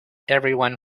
everyone